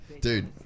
Dude